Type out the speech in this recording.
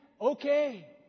okay